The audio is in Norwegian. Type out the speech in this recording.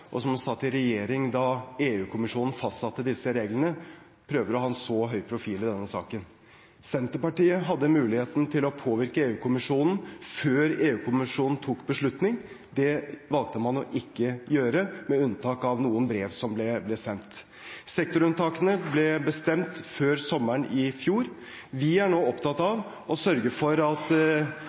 og som satt i regjering da EU-kommisjonen fastsatte disse reglene, prøver å ha en så høy profil i denne saken. Senterpartiet hadde muligheten til å påvirke EU-kommisjonen før EU-kommisjonen tok sin beslutning. Det valgte man å ikke gjøre, med unntak av noen brev som ble sendt. Sektorunntakene ble bestemt før sommeren i fjor. Vi er nå opptatt av å sørge for at